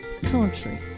country